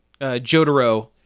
Jotaro